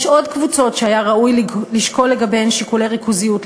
יש עוד קבוצות שהיה ראוי לשקול לגביהן שיקולי ריכוזיות,